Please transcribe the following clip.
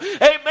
amen